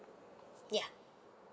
ya